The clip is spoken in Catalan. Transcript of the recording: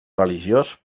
religiós